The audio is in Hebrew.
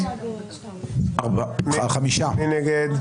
מי נגד?